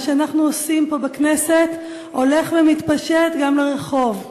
מה שאנחנו עושים פה בכנסת הולך ומתפשט גם לרחוב.